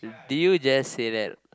did you just say that